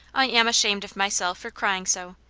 i am ashamed of' myself for crying so.